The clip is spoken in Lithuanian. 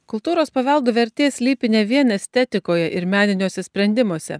kultūros paveldo vertė slypi ne vien estetikoje ir meniniuose sprendimuose